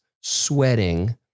sweating